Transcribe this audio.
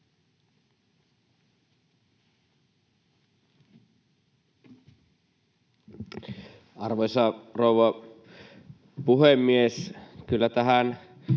Arvoisa rouva puhemies! Kyllä tähän